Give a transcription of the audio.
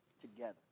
together